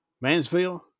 Mansfield